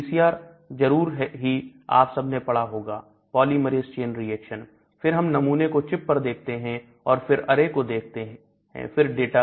PCR जरूर ही आप सब ने पढ़ा होगा Polymerase Chain Reaction फिर हम नमूने को chip पर देखते हैं और फिर अरे को देखत फ़िर डेट